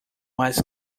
was